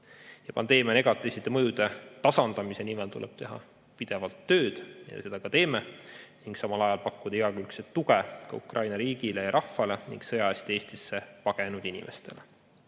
Pandeemia negatiivsete mõjude tasandamisel nimel tuleb teha pidevalt tööd ja seda me ka teeme, püüdes samal ajal pakkuda igakülgset tuge Ukraina riigile ja rahvale ning sõja eest Eestisse pagenud inimestele.